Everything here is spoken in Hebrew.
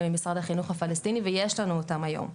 ממשרד החינוך הפלסטיני ויש לנו אותם היום.